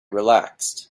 relaxed